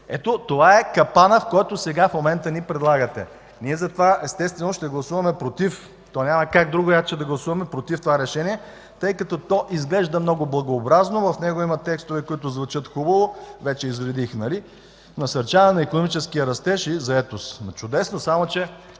Ето, това е капанът, който в момента ни предлагате. Ние затова естествено ще гласуваме „против”. То няма как другояче да гласуваме, освен против това решение. То изглежда много богообразно. В него има текстове, които звучат хубаво. Вече ги изредих. „Насърчаване на икономическия растеж и заетост”. Чудесно, само че